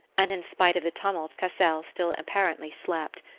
and in spite of the tumult cassel still apparently slept.